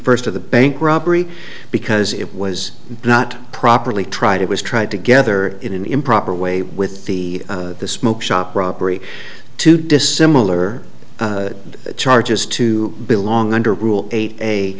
first of the bank robbery because it was not properly tried it was tried together in an improper way with the smoke shop robbery too dissimilar charges to belong under rule eight a